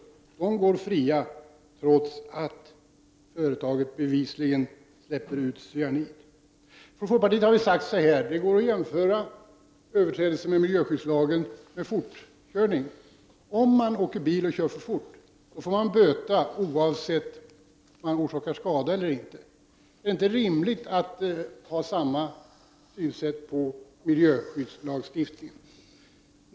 Företaget går fritt trots att företaget bevisligen släpper ut cyanid. Från folkpartiet har vi sagt så här: Det går att jämföra överträdelse av miljöskyddslagen med fortkörning. Om man åker bil och kör för fort, får man böta oavsett om man orsakar skada eller inte. Är det inte rimligt att ha samma synsätt på miljöskyddsområdet?